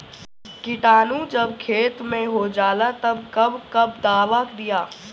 किटानु जब खेत मे होजाला तब कब कब दावा दिया?